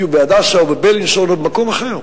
יהיו ב"הדסה" או ב"בילינסון" או במקום אחר.